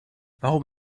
warum